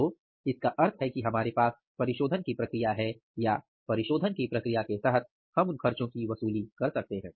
तो इसका मतलब है कि हमारे पास परिशोधन की प्रक्रिया है या परिशोधन की प्रक्रिया के तहत हम उन खर्चों की वसूली कर सकते हैं